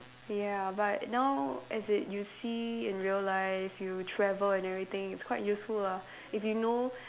ya but now as in you see in real life you travel and everything it's quite useful lah if you know